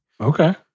Okay